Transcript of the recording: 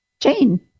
Jane